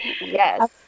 Yes